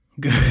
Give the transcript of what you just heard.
Good